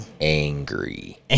Angry